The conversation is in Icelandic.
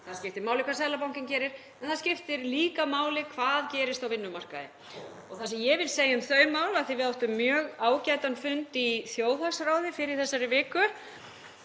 Það skiptir máli hvað Seðlabankinn gerir en það skiptir líka máli hvað gerist á vinnumarkaði. Það sem ég vil segja um þau mál, af því að við áttum mjög ágætan fund í þjóðhagsráði fyrr í þessari viku